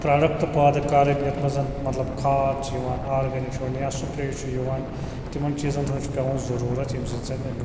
product پٲدٕ کرٕنۍ یَتھ منٛز مطلب کھاد چھِ یِوان اوارگنِک چھِ یِوان یا سُپرے چھِ یِوان تِمَن چیٖزَن ہنٛز چھِ پیٚوان ضروٗرت ییٚمہِ سۭتۍ زَن اَمیٛک